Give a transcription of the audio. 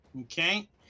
Okay